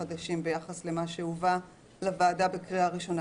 חדשים מבחינה משפטית ביחס למה שהובא לוועדה בקריאה הראשונה.